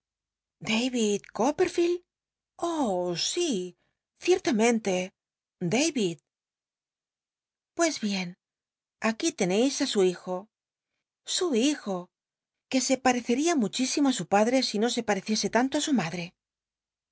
copperfielcl oh si ciertamente david pues bien aquí te neis á su hijo su hijo que se pareceria muchísimo ti su padre si no se pateciese tanto á su machc